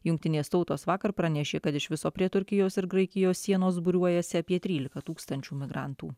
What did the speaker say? jungtinės tautos vakar pranešė kad iš viso prie turkijos ir graikijos sienos būriuojasi apie trylika tūkstančių migrantų